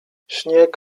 śnieg